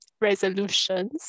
resolutions